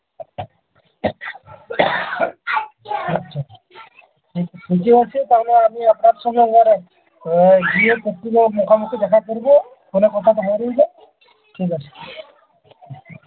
আচ্ছা আচ্ছা ঠিক ঠিকই আছে তাহলে আমি আপনার সঙ্গে আবার গিয়ে মুখোমুখি দেখা করবো ফোনে কথা তো হয়েই রইলো ঠিক আছে